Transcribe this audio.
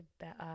better